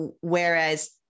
whereas